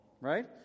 right